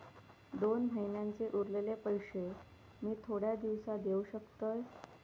दोन महिन्यांचे उरलेले पैशे मी थोड्या दिवसा देव शकतय?